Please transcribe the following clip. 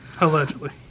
allegedly